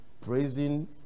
Praising